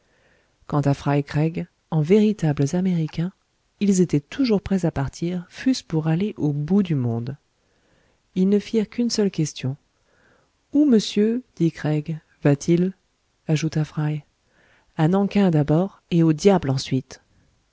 fry craig en véritables américains ils étaient toujours prêts à partir fût-ce pour aller au bout du monde ils ne firent qu'une seule question où monsieur dit craig va-t-il ajouta fry a nan king d'abord et au diable ensuite